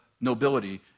nobility